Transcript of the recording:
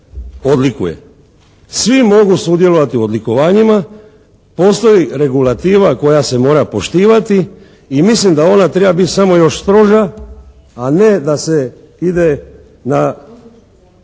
Svi mogu sudjelovati u odlikovanjima, postoji regulativa koja se mora poštivati i mislim da ona treba biti samo još stroža, a ne da se ide na